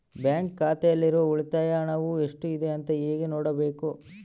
Bank ಖಾತೆಯಲ್ಲಿರುವ ಉಳಿತಾಯ ಹಣವು ಎಷ್ಟುಇದೆ ಅಂತ ಹೇಗೆ ನೋಡಬೇಕು?